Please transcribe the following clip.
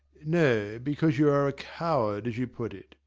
no, because you are a coward, as you put it.